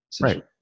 Right